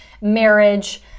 marriage